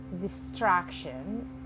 distraction